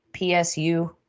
PSU